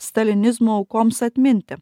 stalinizmo aukoms atminti